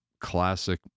classic